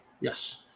Yes